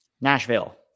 Nashville